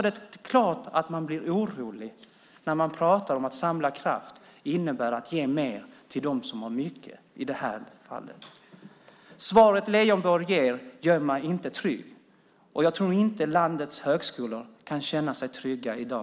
Det är klart att man blir orolig när man talar om att samla kraft i det här fallet innebär att ge mer till dem som har mycket. Svaret Leijonborg ger gör mig inte trygg. Jag tror inte heller att landets högskolor kan känna sig trygga i dag.